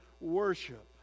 worship